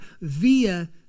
via